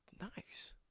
Nice